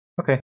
Okay